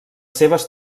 seves